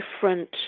different